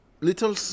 little